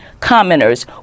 commenters